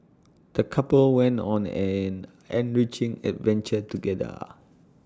the couple went on an enriching adventure together